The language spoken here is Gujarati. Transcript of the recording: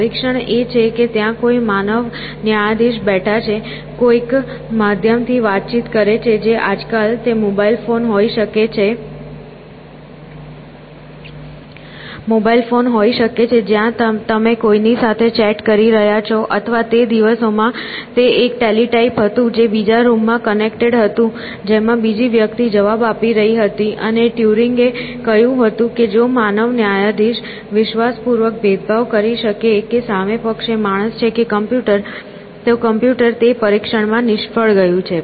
પરીક્ષણ એ છે કે ત્યાં કોઈ માનવ ન્યાયાધીશ બેઠા છે કોઈક માધ્યમથી વાતચીત કરે છે આજકાલ તે મોબાઇલ ફોન હોઈ શકે છે જ્યાં તમે કોઈની સાથે ચેટ કરી રહ્યાં છો અથવા તે દિવસોમાં તે એક ટેલિટાઇપ હતું જે બીજા રૂમમાં કનેક્ટેડ હતું જેમાં બીજી વ્યક્તિ જવાબ આપી રહી હતી અને ટ્યુરિંગે કહ્યું હતું કે જો માનવ ન્યાયાધીશ વિશ્વાસપૂર્વક ભેદભાવ કરી શકે કે સામે પક્ષે માણસ છે કે કમ્પ્યુટર તો કમ્પ્યુટર તે પરીક્ષણમાં નિષ્ફળ ગયું છે